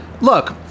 look